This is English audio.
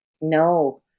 No